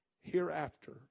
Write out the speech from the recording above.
hereafter